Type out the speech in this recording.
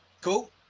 Cool